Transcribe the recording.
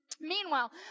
Meanwhile